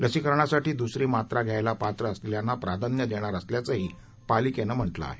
लसीकरणासाठी दुसरी मात्रा घ्यायला पात्र असलेल्यांना प्राधान्य देणार असल्याचंही पालिकेनं म्हटलं आहे